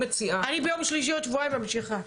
ביום שלישי בעוד שבועיים אני ממשיכה.